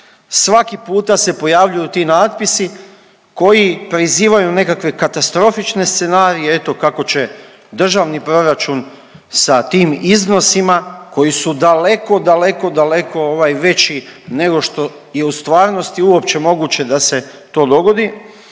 svaki puta se pojavljuju ti natpisi koji prizivaju nekakve katastrofične scenarije eto kako će državni proračun sa tim iznosima koji su daleko, daleko, daleko veći nego što je u stvarnosti uopće moguće da se to dogodi